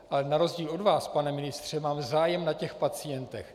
Ale na rozdíl od vás, pane ministře, mám zájem na pacientech.